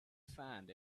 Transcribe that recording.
find